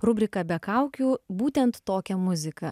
rubriką be kaukių būtent tokia muzika